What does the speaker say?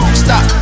stop